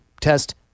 test